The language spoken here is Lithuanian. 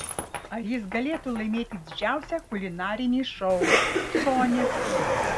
ar jis galėtų laimėti didžiausią kulinarinį šou skonis